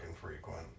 frequent